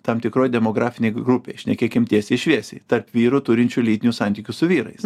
tam tikroj demografinėj grupėj šnekėkim tiesiai šviesiai tarp vyrų turinčių lytinių santykių su vyrais